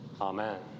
Amen